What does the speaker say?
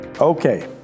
Okay